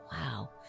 Wow